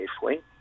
safely